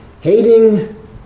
hating